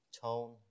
tone